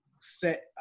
set